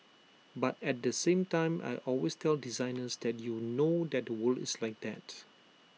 but at the same time I always tell designers that you know that the world is like that